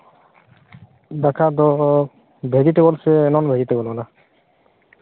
ᱫᱟᱠᱟ ᱫᱚ ᱵᱷᱮᱡᱤᱴᱮᱵᱚᱞ ᱥᱮ ᱱᱚᱱ ᱵᱷᱮᱡᱤᱴᱮᱵᱚᱞ ᱠᱟᱱᱟ